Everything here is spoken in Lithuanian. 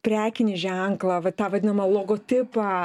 prekinį ženklą va tą vadinamą logotipą